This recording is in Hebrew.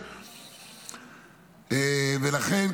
ולכן,